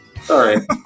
Sorry